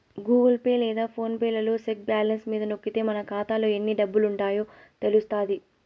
Google Pay లేదా PhonePe లలో check balance మీద నొక్కితే మన కాతాలో ఎన్ని డబ్బులుండాయో తెలస్తాది